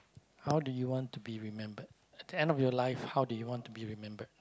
how do you want to be remembered at the end of your life how do you want to be remembered